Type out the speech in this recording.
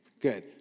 good